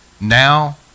Now